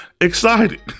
excited